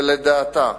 ולדעתה,